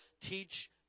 teach